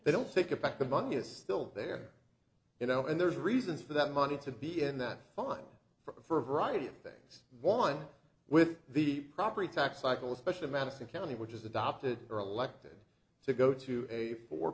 they don't take it back the money is still there you know and there's reasons for that money to be in that fund for a variety of things one with the property tax cycle especially madison county which is adopted or elected to go to a four